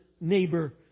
neighbor